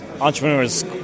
entrepreneurs